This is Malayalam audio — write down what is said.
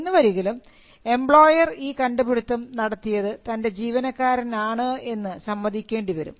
എന്നുവരികിലും എംപ്ലോയർ ഈ കണ്ടുപിടിത്തം നടത്തിയത് തൻറെ ജീവനക്കാരനാണ് എന്ന് സമ്മതിക്കേണ്ടിവരും